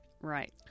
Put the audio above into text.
Right